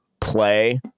play